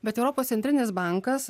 bet europos centrinis bankas